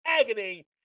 agony